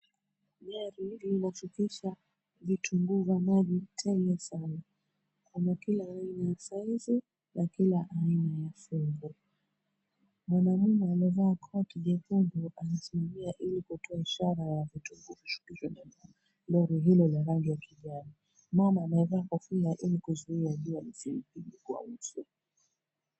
Gari linashukisha vitunguu vya maji tele sana; kuna kila aina ya size , na kila aina ya fevo. Mwanamume aliyevaa koti jekundu anasimamia ili kutoa ishara ya vitunguu kushukishwa ndani ya lori hilo la rangi ya kijani. Mama amevaa kofia ili kuzuia jua lisimpige kwa uso.